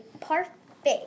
perfect